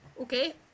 okay